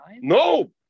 No